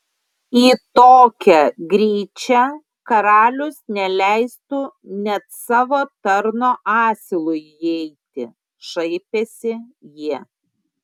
į tokią gryčią karalius neleistų net savo tarno asilui įeiti šaipėsi jie